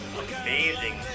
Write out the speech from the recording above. amazing